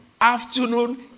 Afternoon